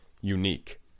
unique